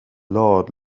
lord